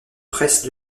presse